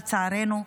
לצערנו.